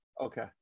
Okay